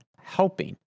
helping